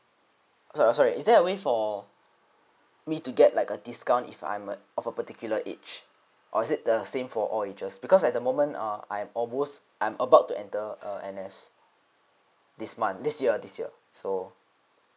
so uh sorry is there a way for me to get like a discount if I'm a of a particular age or is it the same for all ages because at the moment err I'm almost I'm about to enter uh N_S this month this year this year so